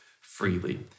freely